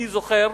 אני זוכר,